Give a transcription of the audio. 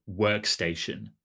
workstation